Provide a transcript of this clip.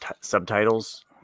subtitles